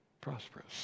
prosperous